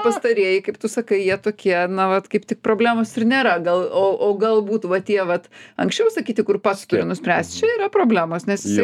pastarieji kaip tu sakai jie tokie na vat kaip tik problemos ir nėra gal o o galbūt va tie vat anksčiau sakyti kur pats turi nuspręst čia yra problemos nes jisai